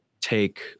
take